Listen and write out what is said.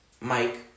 Mike